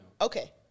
Okay